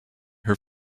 her